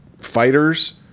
fighters